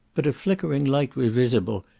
but a flickering light was visible,